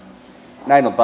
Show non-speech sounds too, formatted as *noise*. näin on *unintelligible*